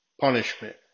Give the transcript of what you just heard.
punishment